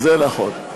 זה נכון.